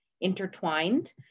intertwined